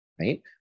right